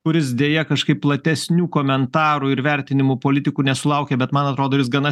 kuris deja kažkaip platesnių komentarų ir vertinimų politikų nesulaukė bet man atrodo jis gana